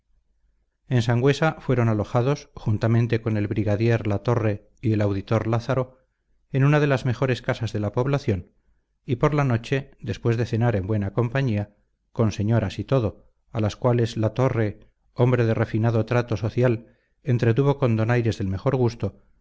en sangüesa fueron alojados juntamente con el brigadier la torre y el auditor lázaro en una de las mejores casas de la población y por la noche después de cenar en buena compañía con señoras y todo a las cuales la torre hombre de refinado trato social entretuvo con donaires del mejor gusto se les destinó una alcoba con tres camas para ellos dos y el